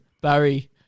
Barry